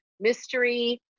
mystery